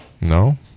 no